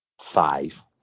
five